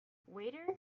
waiter